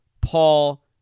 Paul